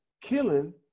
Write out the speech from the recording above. killing